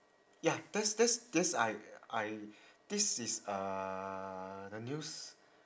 ya that's that's that's I I this is uh the news